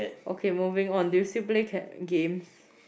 okay moving on do you still play ca~ games